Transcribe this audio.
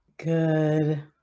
Good